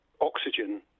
oxygen